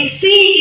see